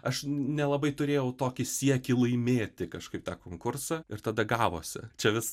aš nelabai turėjau tokį siekį laimėti kažkaip tą konkursą ir tada gavosi čia vis